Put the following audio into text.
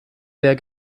der